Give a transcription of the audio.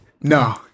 no